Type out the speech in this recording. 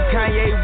Kanye